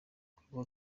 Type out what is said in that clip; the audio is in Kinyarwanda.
kuvuga